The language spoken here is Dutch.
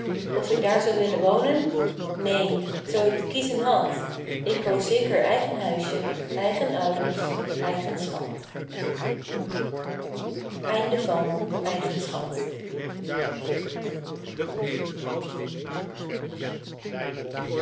of ik daar zou willen wonen neen zoo ik te kiezen had ik koos zeker eigen huisje eigen ouders